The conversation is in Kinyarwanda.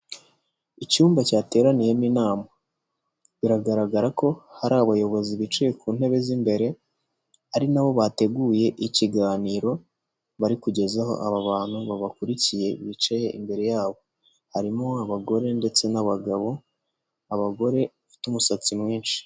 Icyumba cyateraniyemo inama biragaragara ko hari abayobozi bicaye ku ntebe z'imbere ari nabo bateguye ikiganiro bari kugeza aho aba bantu babakurikiye bicaye imbere yabo, harimo abagore ndetse n'abagabo abagore bafite umusatsi mwinshi.